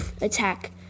attack